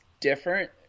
different